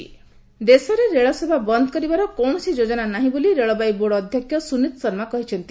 railway board ଦେଶରେ ରେଳସେବା ବନ୍ଦ୍ କରିବାର କୌଣସି ଯୋଜନା ନାହିଁ ବୋଲି ରେଳବାଇ ବୋର୍ଡ଼ ଅଧ୍ୟକ୍ଷ ସୁନୀତ୍ ଶର୍ମା କହିଛନ୍ତି